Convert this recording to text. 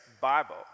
Bible